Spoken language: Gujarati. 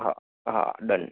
હા હા ડન